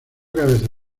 cabezas